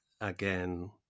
again